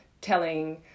telling